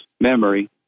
memory